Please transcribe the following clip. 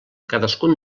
cadascun